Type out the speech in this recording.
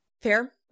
fair